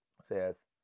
says